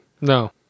No